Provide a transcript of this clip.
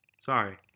sorry